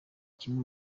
kimwe